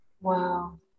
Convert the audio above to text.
Wow